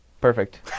Perfect